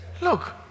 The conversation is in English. look